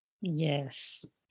Yes